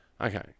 Okay